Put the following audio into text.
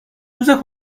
روز